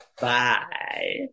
Bye